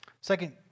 Second